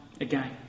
again